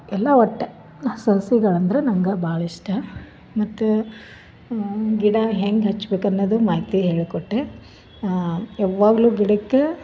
ಎಲ್ಲ ಒಟ್ಟೆ ನಾ ಸಸಿಗಳು ಅಂದ್ರೆ ನನ್ಗ ಭಾಳ ಇಷ್ಟ ಮತ್ತು ಗಿಡ ಹೆಂಗೆ ಹಚ್ಬೇಕು ಅನ್ನೋದು ಮಾಹಿತಿ ಹೇಳ್ಕೊಟ್ಟೆ ಯಾವಾಗಲೂ ಗಿಡಕ್ಕೆ